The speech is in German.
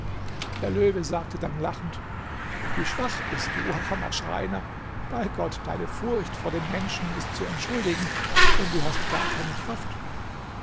der löwe sagte dann lachend wie schwach bist du du armer schreiner bei gott deine furcht vor dem menschen ist zu entschuldigen denn du hast gar keine kraft